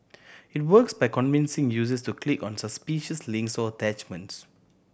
it works by convincing users to click on suspicious links or attachments